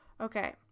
okay